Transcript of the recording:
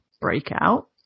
breakout